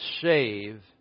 save